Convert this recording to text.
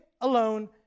alone